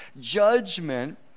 judgment